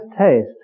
taste